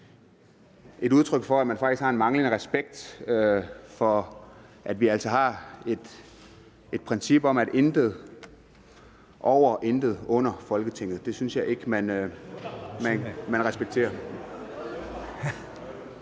et udtryk for, at man faktisk har en manglende respekt for det, at vi altså har et princip om intet over og intet ved siden af Folketinget; det synes jeg så ikke man respekterer.